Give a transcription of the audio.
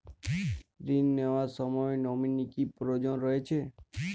ঋণ নেওয়ার সময় নমিনি কি প্রয়োজন রয়েছে?